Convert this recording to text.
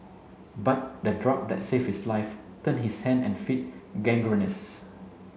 but the drug that saved his life turned his hand and feet gangrenous